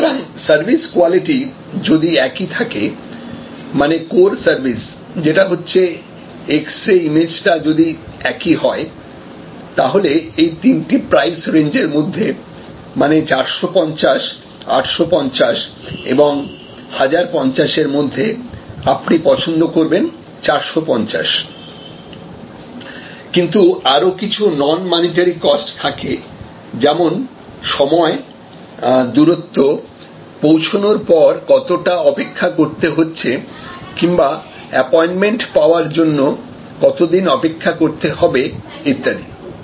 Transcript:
সুতরাং service quality যদি একই থাকে মানে কোর্ সার্ভিস যেটা হচ্ছে এক্সরে ইমেজটা যদি একই হয় তাহলে এই তিনটে প্রাইস রেঞ্জের মধ্যে মানে 450 850 এবং 1050 এর মধ্যে আপনি পছন্দ করবেন 450 কিন্তু আরো কিছু নন মানিটারি কস্ট থাকে যেমন সময় দূরত্ব পৌঁছানোর পর কতটা অপেক্ষা করতে হচ্ছে কিংবা অ্যাপোয়েন্টমেন্ট পাওয়ার জন্য কতদিন অপেক্ষা করতে হবে ইত্যাদি